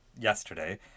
yesterday